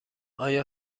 آیا